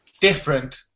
different